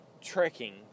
trekking